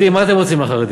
מה אתם רוצים מהחרדים?